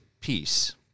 peace